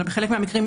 אלא בחלק מהמקרים.